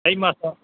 தை மாதம்